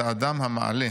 את 'אדם המעלה'